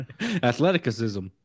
Athleticism